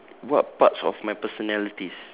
what parts of my personalities